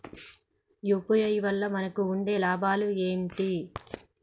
UPI వల్ల మనకు ఉండే లాభాలు ఏంటి?